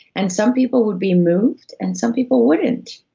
and some people would be moved and some people wouldn't.